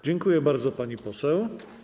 Dziękuję bardzo, pani poseł.